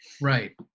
Right